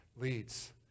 leads